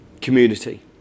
community